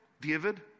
David